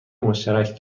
مشترک